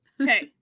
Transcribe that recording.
Okay